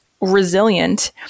resilient